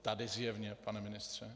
Tady zjevně, pane ministře.